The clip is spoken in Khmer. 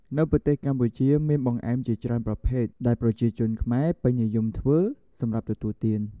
នៅក្នុងប្រទេសសកម្ពុជា មានបង្អែមជាច្រើនប្រភេទដែលប្រជាជនខ្មែរពេញនិយមធ្វើសម្រាប់ទទួលទាន។